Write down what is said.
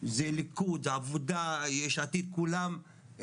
זה ליכוד, עבודה, יש עתיד, כולם,